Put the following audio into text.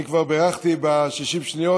אני כבר בירכתי ב-60 שניות,